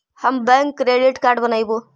हम bank credit card बनैवो?